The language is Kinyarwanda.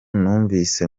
numvise